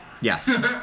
Yes